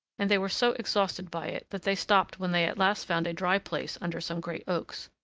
and they were so exhausted by it that they stopped when they at last found a dry place under some great oaks.